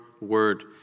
word